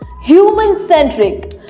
Human-Centric